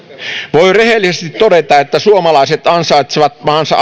voi rehellisesti todeta että suomalaiset ansaitsevat maansa